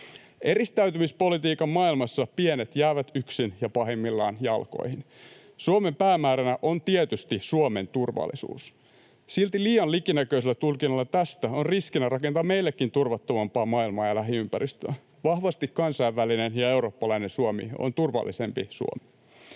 Eristäytymispolitiikan maailmassa pienet jäävät yksin ja pahimmillaan jalkoihin. Suomen päämääränä on tietysti Suomen turvallisuus. Silti liian likinäköisellä tulkinnalla tästä on riskinä rakentaa meillekin turvattomampaa maailmaa ja lähiympäristöä. Vahvasti kansainvälinen ja eurooppalainen Suomi on turvallisempi Suomi.